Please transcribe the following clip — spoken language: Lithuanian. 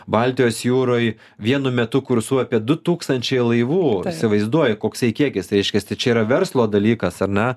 baltijos jūroj vienu metu kursuoja apie du tūkstančiai laivų įsivaizduoji koksai kiekis tai reiškias tai čia yra verslo dalykas ar ne